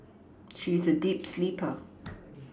she is a deep sleeper